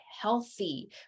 healthy